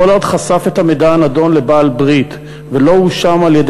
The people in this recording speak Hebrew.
פולארד חשף את המידע הנדון לבעל-ברית ולא הואשם על-ידי